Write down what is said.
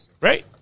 Right